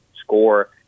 score